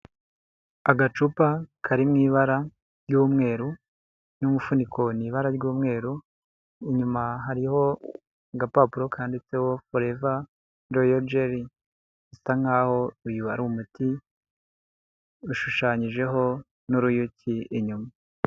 Agacupa kari mu ibara ry'umweru n'umufuniko ni ibara ry'umweru inyuma hariho agapapuro kanditseho Forever Royal Jelly isa nkaho uyu wari umuti ushushanyijeho n’uruyuki inyuma.